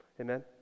Amen